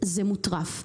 זה מוטרף.